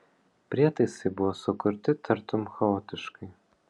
prietaisai buvo sukurti tartum chaotiškai